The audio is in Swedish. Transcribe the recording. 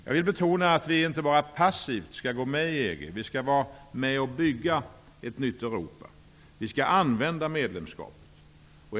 Jag vill betona att vi inte bara passivt skall gå med i EG, utan vi skall vara med och bygga ett nytt Europa. Vi skall använda medlemskapet.